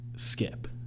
Skip